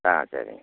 ஆ சரிங்க